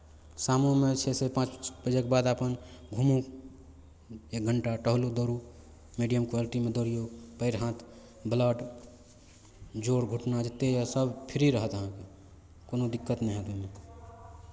शामोमे छै से पाँच बजेके बाद अपन घुमू एक घण्टा टहलू दौड़ू मीडियम क्वालिटीमे दौड़िऔ पएर हाथ ब्लड जोड़ घुटना जतेक यए सभ फ्री रहत अहाँकेँ कोनो दिक्कत नहि हैत अहाँकेँ